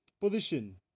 position